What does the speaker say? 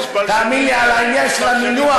תאמין לי, על העניין של המינוח,